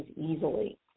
easily